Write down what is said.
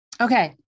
Okay